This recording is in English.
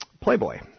Playboy